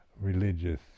religious